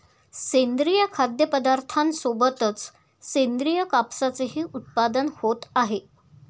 सेंद्रिय खाद्यपदार्थांसोबतच सेंद्रिय कापसाचेही उत्पादन होत आहे